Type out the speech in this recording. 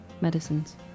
medicines